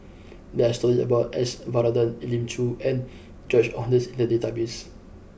there are stories about S Varathan Elim Chew and George Oehlers in the database